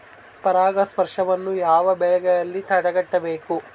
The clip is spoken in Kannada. ಪರಾಗಸ್ಪರ್ಶವನ್ನು ಯಾವ ಬೆಳೆಗಳಲ್ಲಿ ತಡೆಗಟ್ಟಬೇಕು?